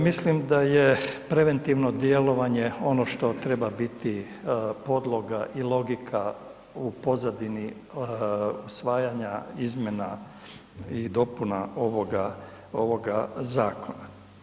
Mislim da je preventivno djelovanje ono što treba biti podloga i logika u pozadini usvajanja izmjena i dopuna ovoga zakona.